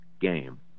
game